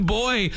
boy